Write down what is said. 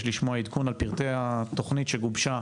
לשמוע עדכון על פרטי התוכנית שגובשה,